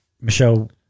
Michelle